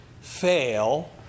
fail